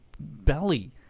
Belly